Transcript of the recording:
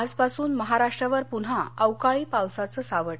आजपासून महाराष्ट्रावर पुन्हा अवकाळी पावसाचं सावट